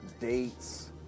dates